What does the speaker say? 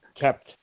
kept